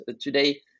today